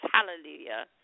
Hallelujah